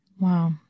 Wow